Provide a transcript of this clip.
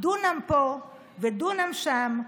"דונם פה ודונם שם,